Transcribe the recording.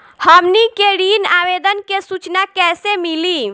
हमनी के ऋण आवेदन के सूचना कैसे मिली?